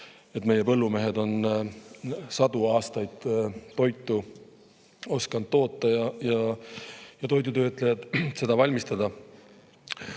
et meie põllumehed on sadu aastaid osanud toitu toota ja toidutöötlejad seda valmistada. Aga